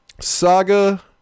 Saga